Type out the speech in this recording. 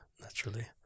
Naturally